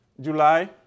July